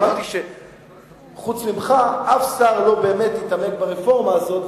אמרתי שחוץ ממך אף שר לא באמת התעמק ברפורמה הזאת,